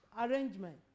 arrangement